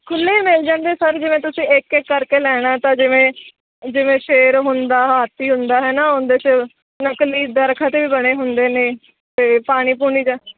ਖੁੱਲ੍ਹੇ ਮਿਲ ਜਾਂਦੇ ਸਰ ਜਿਵੇਂ ਤੁਸੀਂ ਇੱਕ ਇੱਕ ਕਰਕੇ ਲੈਣਾ ਤਾਂ ਜਿਵੇਂ ਜਿਵੇਂ ਸ਼ੇਰ ਹੁੰਦਾ ਹਾਥੀ ਹੁੰਦਾ ਹੈ ਨਾ ਉਹਦੇ 'ਚ ਨਕਲੀ ਦਰੱਖਤ ਵੀ ਬਣੇ ਹੁੰਦੇ ਨੇ ਅਤੇ ਪਾਣੀ ਪੂਣੀ ਦਾ